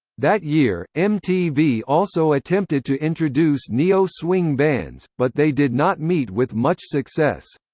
that year, mtv also attempted to introduce neo-swing bands, but they did not meet with much success.